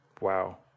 wow